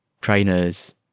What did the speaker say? Trainers